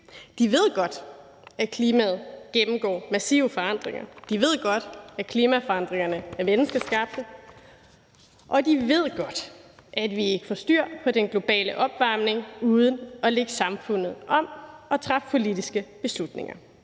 De ved godt, at klimaet gennemgår massive forandringer; de ved godt, at klimaforandringerne er menneskeskabte; og de ved godt, at vi ikke får styr på den globale opvarmning uden at lægge samfundet om og træffe politiske beslutninger.